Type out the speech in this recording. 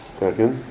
second